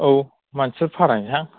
औ मानसिफोर फाथायसां